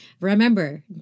Remember